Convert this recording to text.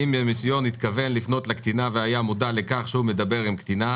האם המיסיון התכוון לפנות לקטינה והיה מודע לכך שהוא מדבר עם קטינה?